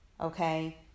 okay